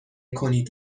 کنید